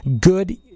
good